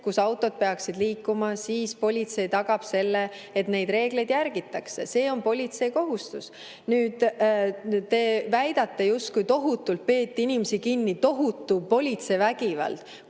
kus autod peaksid liikuma, siis politsei tagab selle, et neid reegleid järgitakse. See on politsei kohustus. Te väidate, justkui tohutult peeti inimesi kinni, oli tohutu politsei vägivald.